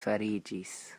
fariĝis